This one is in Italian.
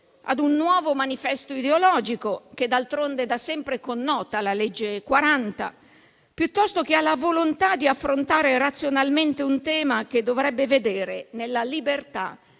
ad un nuovo manifesto ideologico, che d'altronde da sempre connota la legge n. 40 del 2004, piuttosto che alla volontà di affrontare razionalmente un tema che dovrebbe vedere nella libertà